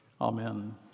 amen